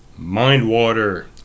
Mindwater